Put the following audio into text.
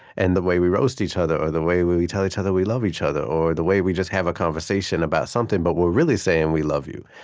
and the way we roast each other or the way we we tell each other we love each other or the way we just have a conversation about something, but we're really saying we love you.